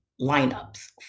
lineups